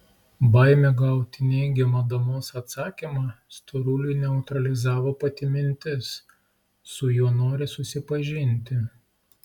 baimė gauti neigiamą damos atsakymą storuliui neutralizavo pati mintis su juo nori susipažinti